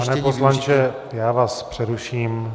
Pane poslanče, já vás přeruším.